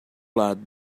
lado